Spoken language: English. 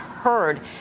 heard